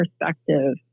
perspective